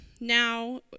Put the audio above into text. now